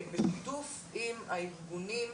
בשיתוף עם הארגונים